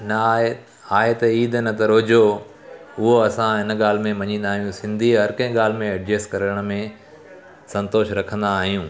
न आहे आहे त ईद न त रोज़ो उहो असां हिन ॻाल्हि में मञीदा आहियूं सिंधी हर कंहिं ॻाल्हि में एडजस्ट करण में संतोषु रखंदा आहियूं